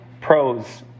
pros